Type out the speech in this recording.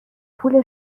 پول